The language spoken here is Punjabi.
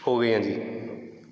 ਹੋ ਗਈਆਂ ਜੀ